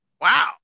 wow